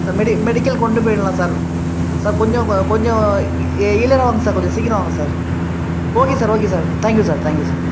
sir medi medical கொண்டு போயிடலாம் sir sir கொஞ்சம் கொ கொஞ்சம் ஏ இயர்லியராக வாங்க சார் கொஞ்சம் சீக்கிரமாக வாங்க sir okay sir okay sir thank you sir thank you sir